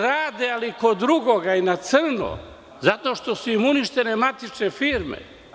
Rade ali kod drugoga i na crno zato što su im uništene matične firme.